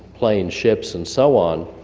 planes, ships and so on,